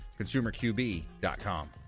ConsumerQB.com